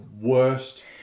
worst